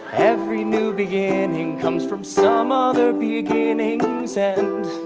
every new beginning comes from some other beginning's end.